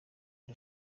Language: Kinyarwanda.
iri